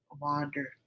wander